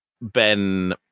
ben